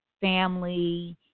family